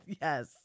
Yes